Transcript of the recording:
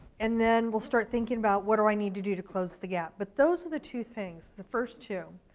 and then we'll start thinking about what do i need to do to close the gap, but those are the two things, the first two.